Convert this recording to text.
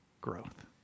growth